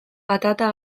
patata